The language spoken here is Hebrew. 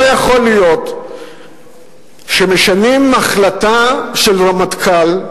לא יכול להיות שמשנים החלטה של רמטכ"ל,